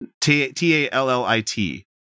T-A-L-L-I-T